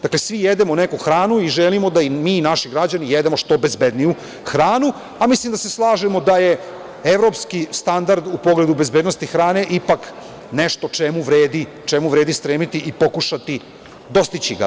Dakle, svi jedemo neku hranu i želimo da mi i naši građani jedemo što bezbedniju hranu, a mislim da se slažemo da je evropski standard u pogledu bezbednosti hrane ipak nešto čemu vredi stremiti i pokušati dostići ga.